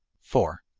four.